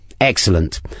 Excellent